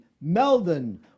Meldon